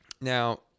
Now